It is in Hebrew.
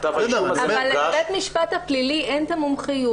כתב האישום הזה מוגש --- אבל לבית המשפט הפלילי אין את המומחיות,